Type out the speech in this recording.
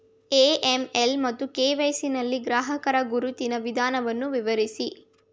AML ಮತ್ತು KYC ಯಲ್ಲಿ ಗ್ರಾಹಕರ ಗುರುತಿನ ವಿಧಾನವನ್ನು ವಿವರಿಸಿ?